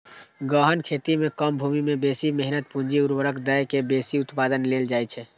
गहन खेती मे कम भूमि मे बेसी मेहनत, पूंजी, उर्वरक दए के बेसी उत्पादन लेल जाइ छै